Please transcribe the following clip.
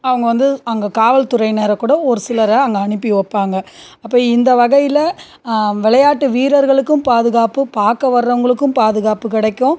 அவங்க வந்து அங்கே காவல்துறையினரை கூட ஒரு சிலரை அங்கே அனுப்பி வைப்பாங்க அப்போ இந்த வகையில் விளையாட்டு வீரர்களுக்கும் பாதுகாப்பு பார்க்க வர்றவங்களுக்கும் பாதுகாப்பு கிடைக்கும்